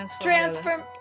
transform